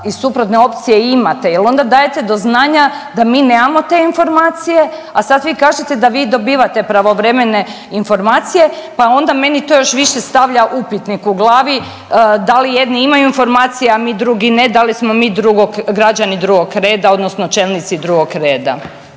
iz suprotne opcije imate jer onda dajete do znanja da mi nemamo te informacije, a sad vi kažete da vi dobivate pravovremene informacije pa onda meni to još više stavlja upitnik u glavi da li jedni imaju informacije, a mi drugi ne, da li smo mi drugog građani drugog reda odnosno čelnici drugog reda.